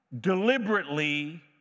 deliberately